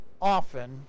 often